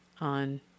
on